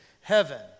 heaven